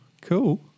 cool